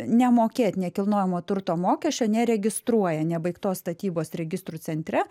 nemokėt nekilnojamo turto mokesčio neregistruoja nebaigtos statybos registrų centre